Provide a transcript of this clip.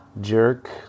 Jerk